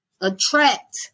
attract